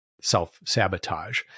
self-sabotage